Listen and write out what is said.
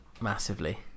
massively